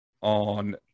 on